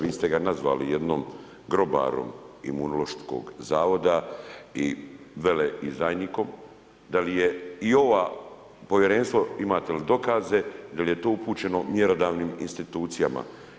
Vi ste ga nazvali jednom grobarom Imunološkog zavoda i veleizdajnikom, da li je i ova povjerenstvo, imate li dokaze, je li je to upućeno mjerodavnim institucijama?